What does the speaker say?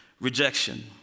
rejection